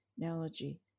analogy